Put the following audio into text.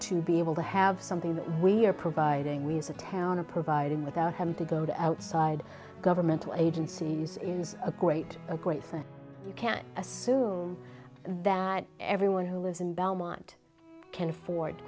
to be able to have something that we're providing we as a town are providing without having to go to outside governmental agencies museums a great a great thing you can't assume that everyone who lives in belmont can afford